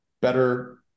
better